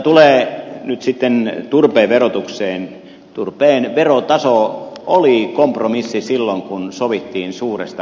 mitä tulee nyt sitten turpeen verotukseen turpeen verotaso oli kompromissi silloin kun sovittiin suuresta energiapaketista